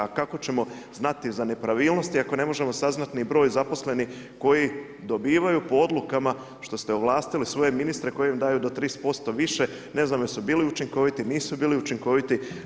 A kako ćemo znati za nepravilnosti ako ne možemo saznati ni broj zaposlenih koji dobivaju po odlukama, što ste ovlastili svoje ministre koji im daju do 30% više, ne znam jesu bili učinkoviti, nisu bili učinkoviti.